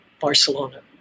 Barcelona